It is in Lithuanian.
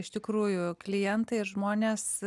iš tikrųjų klientai žmonės